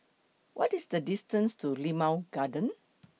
What IS The distance to Limau Garden